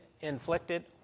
inflicted